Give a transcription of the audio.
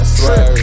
trip